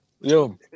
Yo